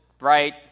right